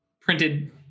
Printed